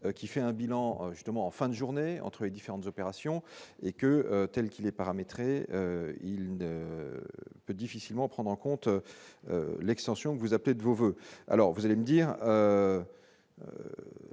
qui fait un bilan justement en fin de journée, entre les différentes opérations et que telle qu'il est paramétré et il ne peut difficilement prendre en compte l'extension que vous appelez de vos voeux, alors vous allez me dire.